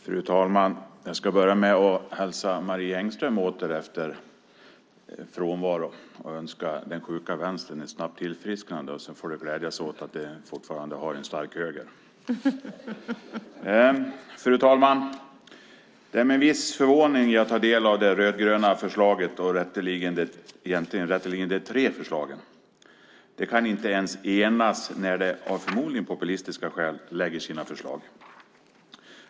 Fru talman! Jag ska börja med att hälsa Marie Engström åter efter frånvaro och önska den sjuka vänstern ett snabbt tillfrisknande. Du får glädjas åt att du fortfarande har en stark höger. Fru talman! Det är med en viss förvåning jag tar del av det rödgröna förslaget eller, rätteligen, de tre förslagen. De kan inte ens enas när de, förmodligen av populistiska skäl, lägger fram sina förslag.